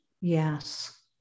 Yes